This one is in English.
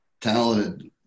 talented